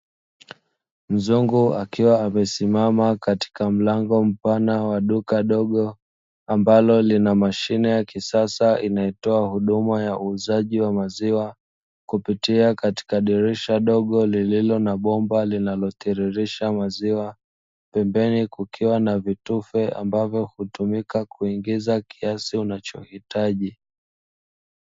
Mzungu akiwa amesimama katika mlango mpana wa duka dogo, ambalo lina mashine ya kisasa inayotoa huduma ya uuzaji wa maziwa kupitia katika dirisha dogo lililo na bomba linalotirilisha maziwa. Pembeni kukiwa na vitufe ambavyo hutumika kuingiza kiasi unachohitaji.